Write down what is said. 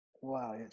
wow